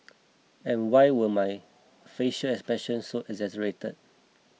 and why were my facial expressions so exaggerated